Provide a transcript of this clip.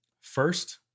First